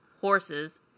horses